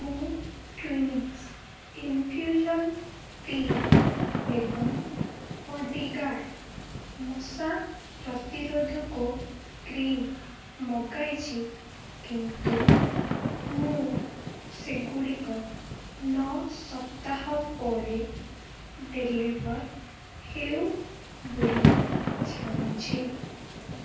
ମୁଁ Twinings infusion tea ଏବଂ Bodyguard ମଶା ପ୍ରତିରୋଧକ କ୍ରିମ୍ ମଗାଇଛି କିନ୍ତୁ ମୁଁ ସେଗୁଡ଼ିକ ନଅ ସପ୍ତାହ ପରେ ଡ଼େଲିଭର୍ ହେଉ ବୋଲି ଚାହୁଁଛି